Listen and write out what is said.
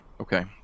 Okay